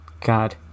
God